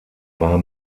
war